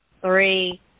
three